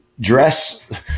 dress